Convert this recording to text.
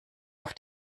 auf